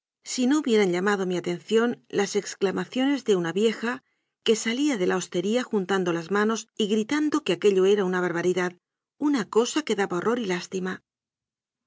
si no hubie ran llamado mi atención las exclamaciones de una vieja que salía de la hostería juntando las manos y gritando que aquello era una barbaridad una cosa que daba horror y lástima